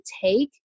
take